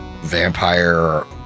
vampire